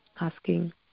Asking